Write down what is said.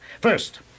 First